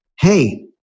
hey